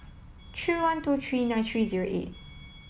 tree one two tree nine tree zero eight